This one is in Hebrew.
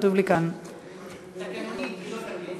הוא כתוב לי כאן.